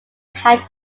had